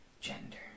gender